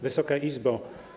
Wysoka Izbo!